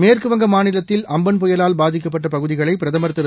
மேற்குவங்க மாநிலத்தில் அம்பன் புயலால் பாதிக்கப்பட்ட பகுதிகளை பிரதம் திரு